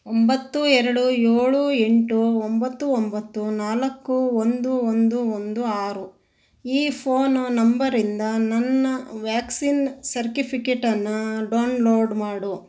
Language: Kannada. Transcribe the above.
ಒಂಬತ್ತು ಎರಡು ಏಳು ಎಂಟು ಒಂಬತ್ತು ಒಂಬತ್ತು ನಾಲ್ಕು ಒಂದು ಒಂದು ಒಂದು ಆರು ಈ ಫೋನ್ ನಂಬರಿಂದ ನನ್ನ ವ್ಯಾಕ್ಸಿನ್ ಸರ್ಕಿಫಿಕೇಟನ್ನು ಡೋನ್ಲೋಡ್ ಮಾಡು